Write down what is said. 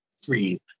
free